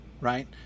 right